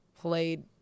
played